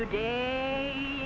today